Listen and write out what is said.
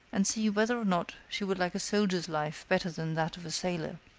and see whether or not she would like a soldier's life better than that of a sailor.